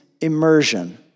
immersion